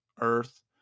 earth